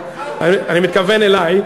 שהייתה לו תרומה אני מתכוון אלי,